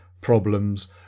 problems